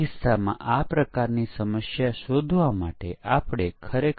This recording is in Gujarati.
વિકાસકર્તાને આ કેસ આપવામાં આવે છે તેઓ તેને ઠીક કરવાનો પ્રયાસ કરશે અને તેઓ ફિક્સ સ્થિતિ લખશે